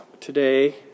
today